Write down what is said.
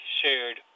shared